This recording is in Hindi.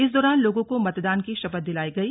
इस दौरान लोगों को मतदान की शपथ दिलाई गई